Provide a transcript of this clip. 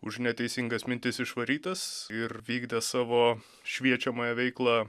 už neteisingas mintis išvarytas ir vykdė savo šviečiamąją veiklą